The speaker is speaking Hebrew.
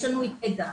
יש לנו את המידע,